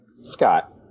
Scott